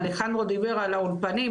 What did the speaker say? אלחנדרו דיבר על האולפנים,